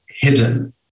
hidden